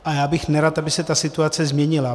A já bych nerad, aby se ta situace změnila.